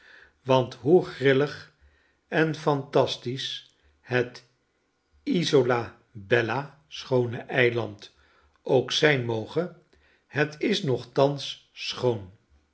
want hoe grillig en phantastisch het i sol a bella schoone eiland ook zijn moge het is nochtans schoon